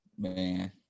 man